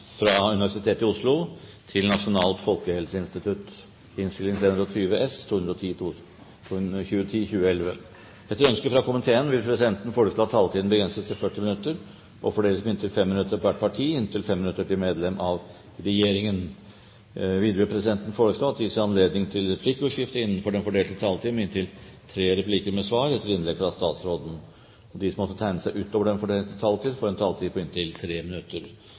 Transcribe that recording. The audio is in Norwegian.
fra finanskomiteen vil presidenten foreslå at taletiden begrenses til 40 minutter og fordeles med inntil 5 minutter til hvert parti og inntil 5 minutter til medlem av regjeringen. Videre vil presidenten foreslå at det gis anledning til replikkordskifte på inntil tre replikker med svar etter innlegg fra statsråden innenfor den fordelte taletid. Videre blir det foreslått at de som måtte tegne seg på talerlisten utover den fordelte taletid, får en taletid på inntil 3 minutter.